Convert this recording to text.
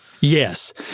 Yes